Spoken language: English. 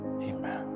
amen